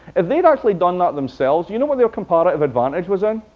if they had actually done that themselves you know what their comparative advantage was in?